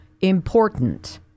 important